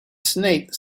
snake